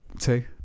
Two